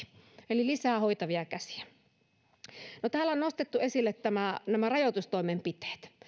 eli lisää hoitavia käsiä täällä on nostettu esille nämä rajoitustoimenpiteet